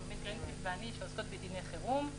שלומית גרינפלד ואני שעוסקות בדיני חירום,